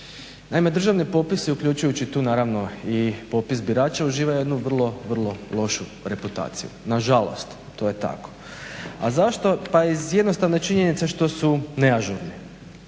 Naime, državni popisi uključujući tu naravno i popis birača uživa jednu vrlo lošu reputaciju, nažalost to je tako. A zašto? Pa iz jednostavne činjenice što su neažurni.